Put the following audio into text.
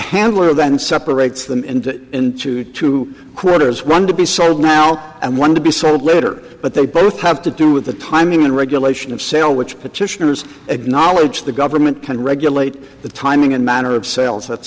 handler then separates them and into two quarters one to be sold now and one to be sold litter but they both have to do with the timing and regulation of sale which petitioners acknowledge the government can regulate the timing and manner of sales that's